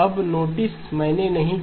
अब नोटिस मैंने नहीं कहा